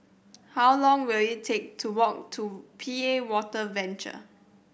how long will it take to walk to P A Water Venture